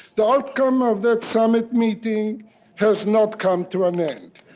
the outcome of that summit meeting has not come to an end.